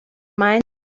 mind